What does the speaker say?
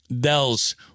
Dells